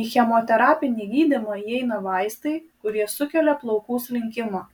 į chemoterapinį gydymą įeina vaistai kurie sukelia plaukų slinkimą